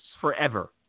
forever